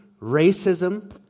racism